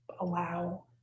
allow